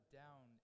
down